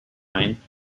line